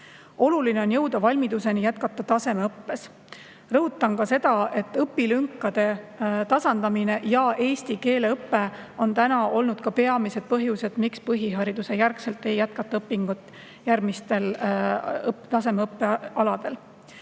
Oluline on jõuda valmiduseni jätkata tasemeõppes. Rõhutan ka seda, et õpilünkade tasandamine ja eesti keele õpe on seni olnud peamised põhjused, miks põhihariduse omandamise järel ei jätkata õpinguid järgmistel tasemeõppe aladel.